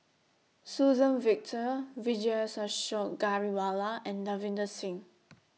Suzann Victor Vijesh Ashok Ghariwala and Davinder Singh